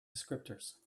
descriptors